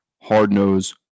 hard-nosed